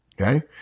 Okay